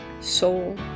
soul